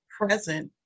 present